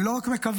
אני לא רק מקווה,